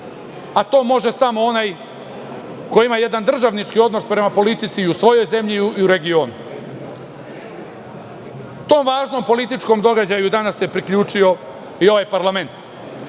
a to može samo onaj koji ima državnički odnos prema politici i u svojoj zemlji i u regionu. Tom važnom političkom događaju danas se priključio i ovaj parlament.